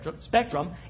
spectrum